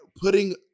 putting